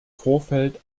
vorfeld